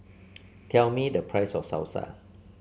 tell me the price of Salsa